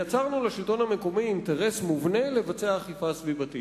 יצרנו לשלטון המקומי אינטרס מובנה לבצע אכיפה סביבתית.